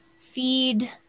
feed